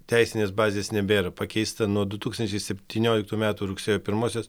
teisinės bazės nebėra pakeista nuo du tūkstančiai septynioliktų metų rugsėjo pirmosios